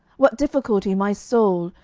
what difficulty my soul,